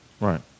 Right